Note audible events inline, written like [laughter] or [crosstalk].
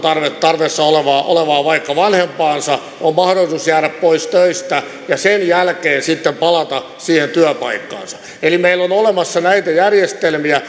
tarpeessa olevaa olevaa vanhempaansa on mahdollisuus jäädä pois töistä ja sen jälkeen sitten palata siihen työpaikkaansa eli meillä on olemassa näitä järjestelmiä [unintelligible]